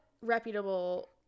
reputable